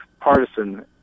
partisan